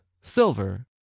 silver